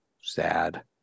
sad